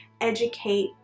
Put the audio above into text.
educate